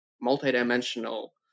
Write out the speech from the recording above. multi-dimensional